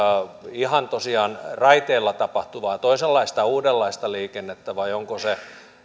ihan tosiaan raiteilla tapahtuvaa toisenlaista uudenlaista liikennettä vai onko se